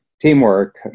teamwork